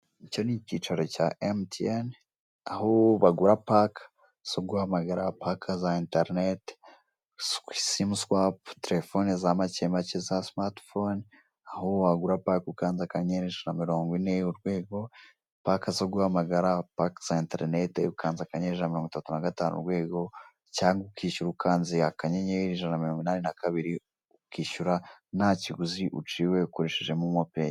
Icyo n'icyicaro cya MTN aho baguha pake zo guhamagara paka za enterinete simuswapu, telefone za macyemacye za simatifone aho wagura pake ukanze akanyenyeri ijana na miringo ine urwego, pake zo guhamagara pake za enterinete ukanze akanyenyeri ijana na mirongo itatu nagatanu urwego cyangwa ukishyura ukanze akanyenyeri ijana na miringo inani na kabiri ukishyura ntakiguzi uciwe ukoresheje momo peyi.